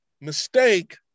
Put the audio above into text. Mistake